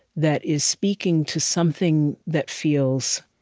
that is speaking to something that feels